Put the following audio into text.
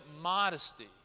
modesty